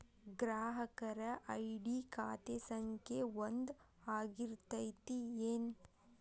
ಗ್ರಾಹಕರ ಐ.ಡಿ ಖಾತೆ ಸಂಖ್ಯೆ ಒಂದ ಆಗಿರ್ತತಿ ಏನ